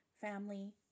family